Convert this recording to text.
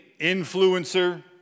influencer